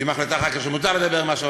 והיא מחליטה אחר כך שמותר לדבר עם אש"ף.